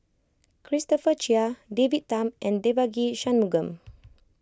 Christopher Chia David Tham and Devagi Sanmugam